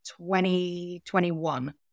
2021